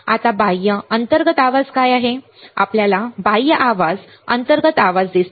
आता बाह्य अंतर्गत आवाज काय आहेत आपल्याला बाह्य आवाज अंतर्गत आवाज दिसतो